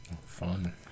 Fun